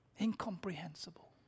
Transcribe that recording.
Incomprehensible